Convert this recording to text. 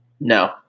No